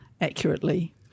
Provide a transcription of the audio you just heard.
accurately